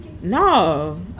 No